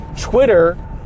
Twitter